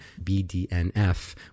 BDNF